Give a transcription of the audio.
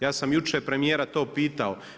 Ja sam jučer premijera to pitao.